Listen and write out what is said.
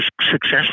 success